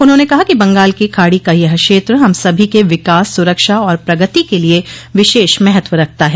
उन्होंने कहा कि बंगाल की खाड़ी का यह क्षेत्र हम सभी के विकास सुरक्षा और प्रगति के लिए विशेष महत्व रखता है